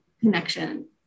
connection